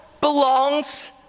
belongs